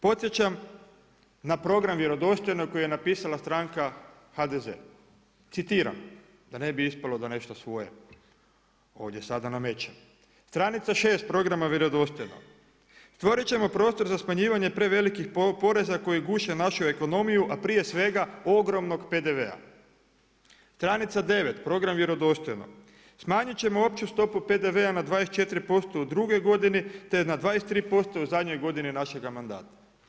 Podsjećam na program Vjerodostojno koji je napisala stranka HDZ, citiram da ne bi ispalo da nešto svoje ovdje sada namećem, stranica 6 programa Vjerodostojno „Stvorit ćemo prostor za smanjivanje prevelikih poreza koji guše našu ekonomiju, a prije svega ogromnog PDV-a.“ Stranica 9 program Vjerodostojno „Smanjit ćemo opću stopu PDV-a na 24% u drugoj godini, te na 23% u zadnjoj godini našega mandata“